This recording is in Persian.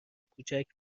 کوچک